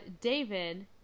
David